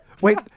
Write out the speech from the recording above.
wait